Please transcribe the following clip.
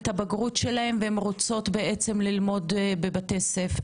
את הבגרות שלהן והן רוצות ללמוד באקדמיה,